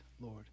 Lord